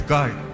God